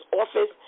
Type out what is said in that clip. office